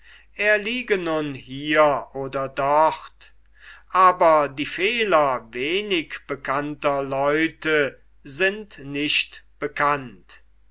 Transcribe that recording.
er liege nun hier oder dort aber die fehler wenig bekannter leute sind nicht bekannt